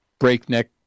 breakneck